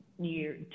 year